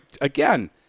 again